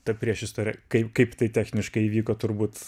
ta priešistorė kai kaip tai techniškai įvyko turbūt